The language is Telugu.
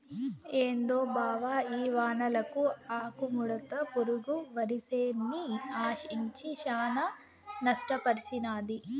ఏందో బావ ఈ వానలకు ఆకుముడత పురుగు వరిసేన్ని ఆశించి శానా నష్టపర్సినాది